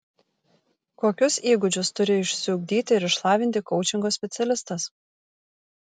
kokius įgūdžius turi išsiugdyti ir išlavinti koučingo specialistas